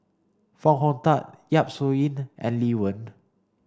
Foo Hong Tatt Yap Su Yin and Lee Wen